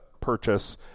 purchase